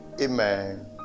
Amen